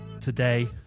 Today